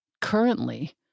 currently